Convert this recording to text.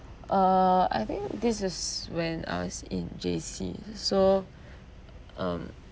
uh I think this is when I was in J_C so um